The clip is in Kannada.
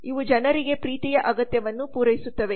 ಇವು ಜನರಿಗೆ ಪ್ರೀತಿಯ ಅಗತ್ಯವನ್ನು ಪೂರೈಸುತ್ತವೆ